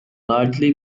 largely